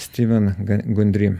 stiven gan gundri